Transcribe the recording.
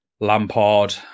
Lampard